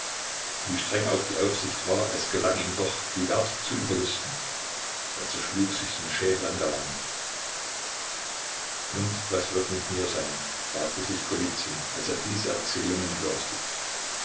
wie streng auch die aufsicht war es gelang ihm doch die wärter zu überlisten er zerschlug sich den schädel an der wand und was wird mit mir sein fragte sich golizyn als er diese erzählungen hörte